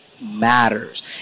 matters